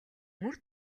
мөр